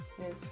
Yes